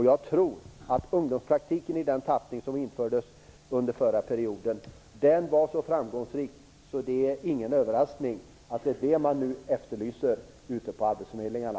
Jag tror att ungdomspraktiken i den tappning som infördes under den förra perioden var så framgångsrik att det inte är någon överraskning att man nu efterlyser den ute på arbetsförmedlingarna.